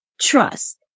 trust